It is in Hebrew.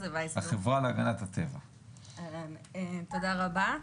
תודה רבה.